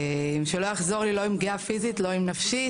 שלא יחזור לי לא עם פגיעה פיזית לא עם נפשית,